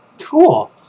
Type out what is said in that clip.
Cool